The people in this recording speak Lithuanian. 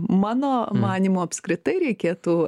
mano manymu apskritai reikėtų